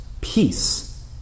Peace